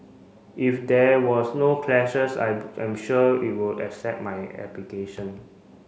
if there was no clashes I I'm sure you would accept my application